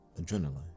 adrenaline